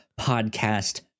podcast